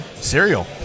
Cereal